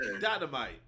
dynamite